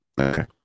Okay